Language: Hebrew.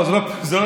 זה לא לראשונה.